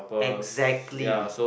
exactly